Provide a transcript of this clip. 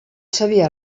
sabia